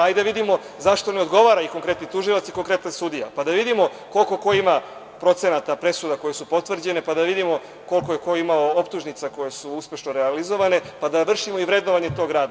Hajde da vidimo zašto ne odgovara konkretni tužilac ili konkretni sudija, pa da vidimo koliko ko ima procenata, presuda koje su potvrđene, pa da vidimo koliko je ko imao optužnica koje su uspešno realizovane, pa da vršimo i vrednovanje tog rada.